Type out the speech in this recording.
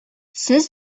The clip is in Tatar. сез